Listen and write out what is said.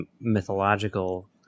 mythological